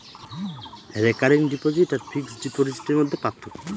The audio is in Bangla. রেকারিং ডিপোজিট আর ফিক্সড ডিপোজিটের মধ্যে পার্থক্য কি?